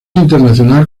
internacional